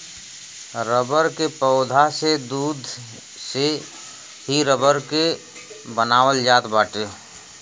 rubber के पौधा के दूध से ही रबर के बनावल जात बाटे